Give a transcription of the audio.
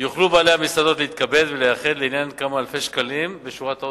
יוכלו בעלי המסעדות להתכבד ולייחד לעניין כמה אלפי שקלים בשורת ההוצאות.